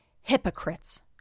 hypocrites